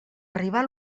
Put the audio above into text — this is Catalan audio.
arribar